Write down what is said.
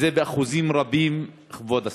זה באחוזים רבים, כבוד השר.